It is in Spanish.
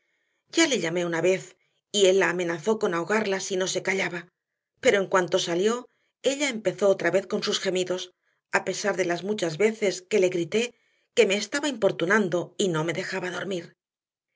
ya le llamé una vez y él la amenazó con ahogarla si no se callaba pero en cuanto salió ella empezó otra vez con sus gemidos a pesar de las muchas veces que le grité que me estaba importunando y no me dejaba dormir